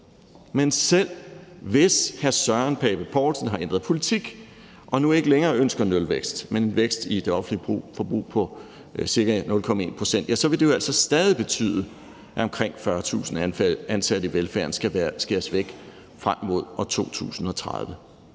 Men selv hvis hr. Søren Pape Poulsen har ændret politik og nu ikke længere ønsker nulvækst, men vækst i det offentlige forbrug på cirka 0,1 pct., vil det jo altså stadig betyde, at omkring 40.000 ansatte i velfærden skal skæres væk frem imod år 2030.